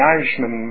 Irishman